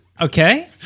Okay